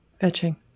fetching